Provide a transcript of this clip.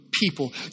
people